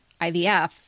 IVF